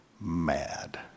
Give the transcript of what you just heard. mad